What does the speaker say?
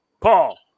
Paul